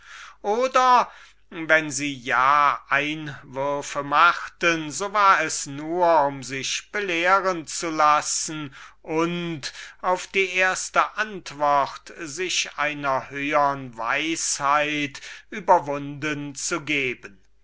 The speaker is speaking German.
oder wenn sie ja einwürfe machten so war es nur um sich belehren zu lassen und auf die erste antwort sich seiner höhern weisheit überwunden zu geben